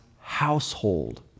household